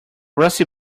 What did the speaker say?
rusty